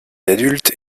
adultes